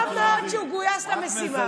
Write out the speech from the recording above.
טוב מאוד שהוא גויס למשימה.